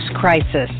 crisis